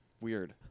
weird